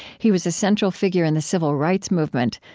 he was a central figure in the civil rights movement,